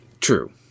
True